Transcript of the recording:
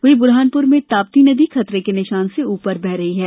वहीं बुरहानपुर में ताप्ती नदी खतरे के निशान से ऊपर बह रही है